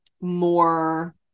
more